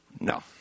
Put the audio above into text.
No